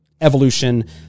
evolution